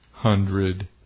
hundred